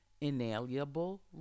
inalienable